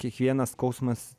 kiekvienas skausmas